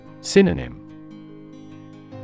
Synonym